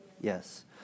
Yes